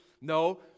no